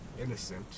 innocent